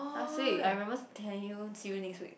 last week I remember telling you see you next week